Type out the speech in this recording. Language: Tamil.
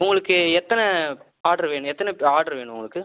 உங்களுக்கு எத்தனை ஆட்ரு வேணும் எத்தனை ஆட்ரு வேணும் உங்களுக்கு